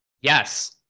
Yes